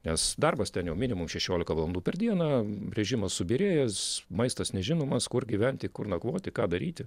nes darbas ten jau minimum šešiolika valandų per dieną režimas subyrėjęs maistas nežinomas kur gyventi kur nakvoti ką daryti